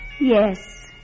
Yes